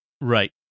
Right